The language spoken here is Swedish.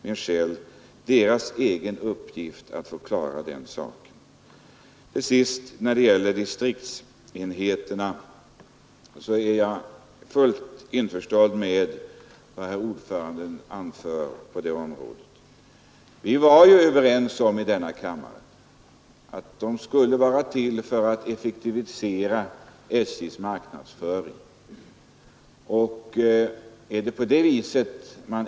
I fråga om distriktsenheterna vill jag till sist säga att jag är fullt införstådd med vad herr ordföranden anför på det området. Vi var i denna kammare överens om att de skulle effektivisera SJ:s marknadsföring.